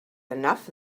enough